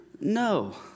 No